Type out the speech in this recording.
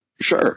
sure